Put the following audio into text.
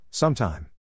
Sometime